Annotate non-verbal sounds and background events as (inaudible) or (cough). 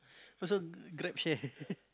also GrabShare (laughs)